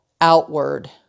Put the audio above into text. outward